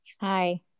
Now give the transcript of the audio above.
Hi